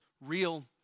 real